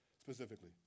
specifically